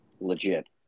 legit